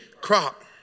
crop